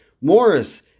Morris